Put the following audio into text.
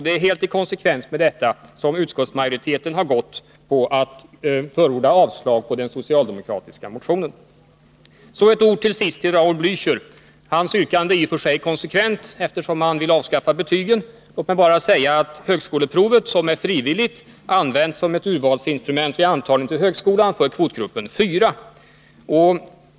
Det är helt i konsekvens med detta som utskottsmajoriteten har förordat avslag på den socialdemokratiska motionen. Så till sist ett ord till Raul Blächer. Hans yrkande är i och för sig konsekvent, eftersom han vill avskaffa betygen. Låt mig bara säga att högskoleprovet, som är frivilligt, används som ett urvalsinstrument vid antagning till högskolan för kvotgruppen IV.